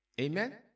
Amen